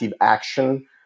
action